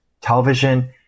television